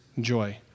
joy